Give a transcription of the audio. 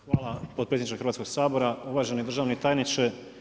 Hvala potpredsjedniče Hrvatskog sabora, uvaženi državni tajniče.